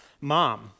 mom